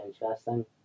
interesting